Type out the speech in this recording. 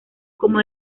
como